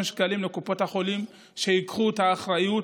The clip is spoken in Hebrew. שקלים לקופות החולים כדי שייקחו את האחריות